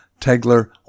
Tegler